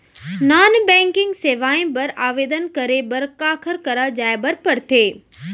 non banking सेवाएं बर आवेदन करे बर काखर करा जाए बर परथे